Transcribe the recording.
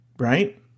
right